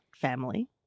family